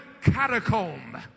catacomb